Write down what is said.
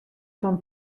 fan